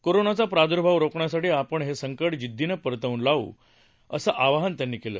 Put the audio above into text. कोरोनाचा प्रादूर्भाव रोखण्यासाठी आपण हे संकट जिद्दीनं परतव्न लावू शकू असं आवाहन त्यांनी केलं